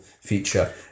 feature